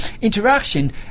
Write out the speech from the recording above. interaction